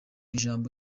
ijambo